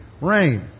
Rain